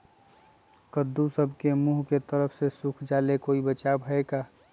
कददु सब के मुँह के तरह से सुख जाले कोई बचाव है का?